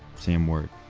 sam worth.